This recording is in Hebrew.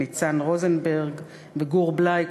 ניצן רוזנברג וגור בליי,